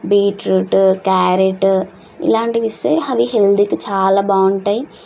beetroot carrot ఇలాంటివి ఇస్తే అవి హెల్త్కి చాలా బాగుంటాయి